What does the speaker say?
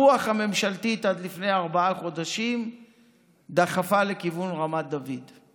הרוח הממשלתית עד לפני ארבעה חודשים דחפה לכיוון רמת דוד.